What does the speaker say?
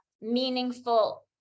meaningful